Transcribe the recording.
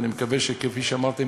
ואני מקווה שכפי שאמרתם,